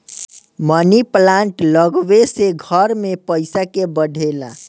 मनी plant लागवे से घर में पईसा के बढ़ेला